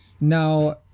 Now